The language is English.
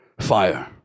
fire